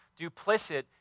duplicit